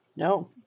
No